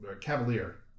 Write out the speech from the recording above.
Cavalier